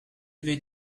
vais